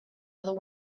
other